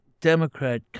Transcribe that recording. Democrat